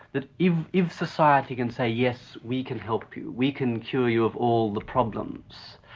that if if society can say yes we can help you, we can cure you of all the problems',